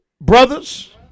Brothers